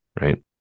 right